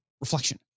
reflection